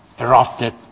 erupted